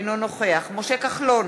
אינו נוכח משה כחלון,